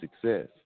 success